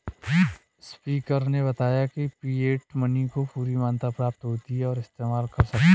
speaker ने बताया की फिएट मनी को पूरी मान्यता प्राप्त होती है और इस्तेमाल करते है